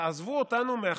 תעזבו אותנו מהחקקת.